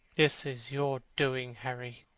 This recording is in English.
this is your doing, harry,